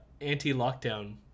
anti-lockdown